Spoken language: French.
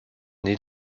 nés